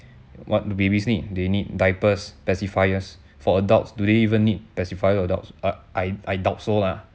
what the babies need they need diapers pacifiers for adults do they even need pacifier adults uh I I doubt so lah